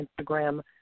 Instagram